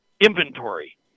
inventory